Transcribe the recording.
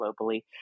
globally